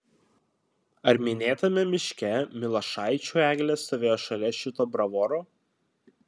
ar minėtame miške milašaičių eglė stovėjo šalia šito bravoro